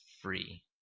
free